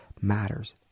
matters